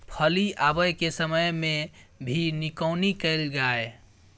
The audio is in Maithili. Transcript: फली आबय के समय मे भी निकौनी कैल गाय?